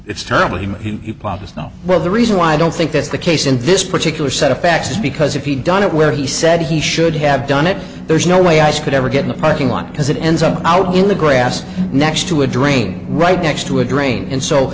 it's terrible human he ponders now well the reason why i don't think that's the case in this particular set of facts is because if he'd done it where he said he should have done it there's no way ice could ever get in a parking lot because it ends up out in the grass next to a drain right next to a drain and so